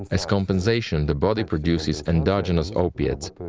as compensation the body produces endogenous opiates,